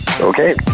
Okay